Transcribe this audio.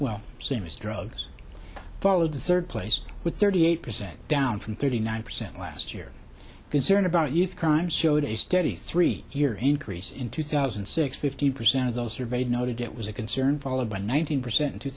well same as drugs followed to third place with thirty eight percent down from thirty nine percent last year concern about use crime showed a steady three year increase in two thousand and six fifty percent of those surveyed noted it was a concern followed by nineteen percent in two